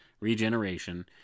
regeneration